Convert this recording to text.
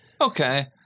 Okay